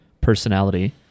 personality